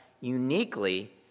uniquely